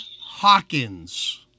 Hawkins